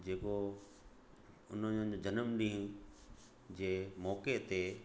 जेको उन्हनि जो जनमॾींहं जे मौके ते